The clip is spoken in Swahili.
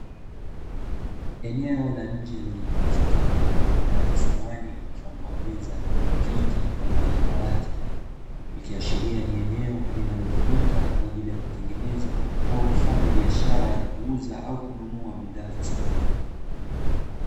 Eneo la nje lenye mkusanyiko wa bidhaa za samani mfano wa meza, viti pamoja na kabati, ikiashiria ni eneo linalotumika kwa ajili ya kutengeneza au kufanya biashara ya kuuza au kununua bidhaa za samani.